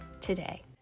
today